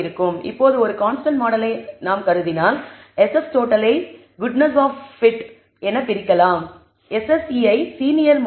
இப்போது ஒரு கான்ஸ்டன்ட் மாடலை நாம் கருதினால் SS டோட்டலை குட்னஸ் ஆப் fit என பிரிக்க முடியும்